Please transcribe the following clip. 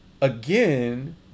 again